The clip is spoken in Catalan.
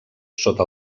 sota